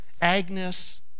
Agnes